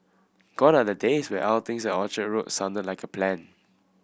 gone are the days when outings at Orchard Road sounded like a plan